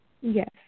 Yes